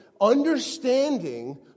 Understanding